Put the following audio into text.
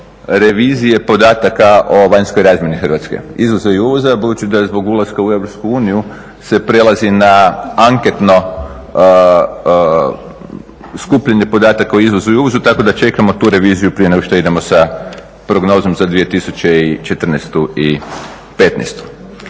revizije podataka o vanjskoj razmjeni Hrvatske izvoza i uvoza. Budući da je zbog ulaska u EU se prelazi na anketno skupljanje podataka o izvozu i uvozu tako da čekamo tu reviziju prije nego što idemo sa prognozom za 2014. i 2015.